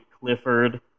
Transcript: Clifford